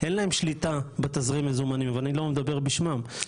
אין להם שליטה בתזרים המזומנים אבל אני לא מדבר בשמם,